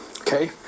Okay